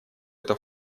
эта